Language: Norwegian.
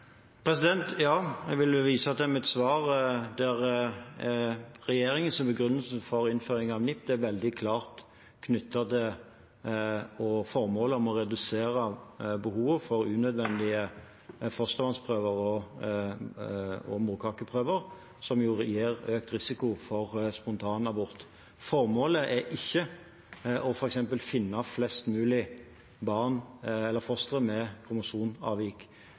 Ja, jeg vil vise til mitt svar der regjeringens begrunnelse for innføringen av NIPT er veldig klart knyttet til formålet om å redusere behovet for unødvendige fostervannsprøver og morkakeprøver som gir økt risiko for spontanabort. Formålet er ikke f.eks. å finne flest mulig barn eller foster med